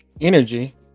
energy